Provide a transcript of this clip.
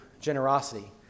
generosity